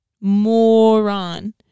Moron